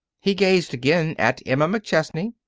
he gazed again at emma mcchesney.